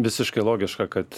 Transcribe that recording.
visiškai logiška kad